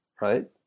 right